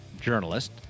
journalist